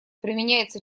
применяется